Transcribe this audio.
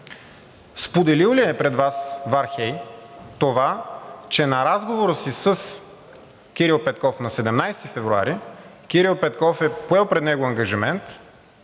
споделил ли е пред Вас Вархеи това, че на разговора си с Кирил Петков на 17 февруари Кирил Петков е поел пред него ангажимент,